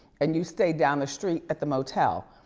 and you stay down the street at the motel.